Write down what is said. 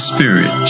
Spirit